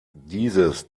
dieses